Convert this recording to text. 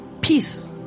Peace